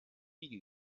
wiege